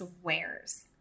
swears